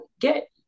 get